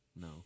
No